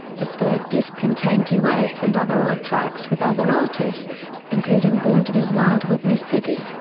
the third disc contained duets and other odd tracks with other artists, including born to be wild with miss piggy.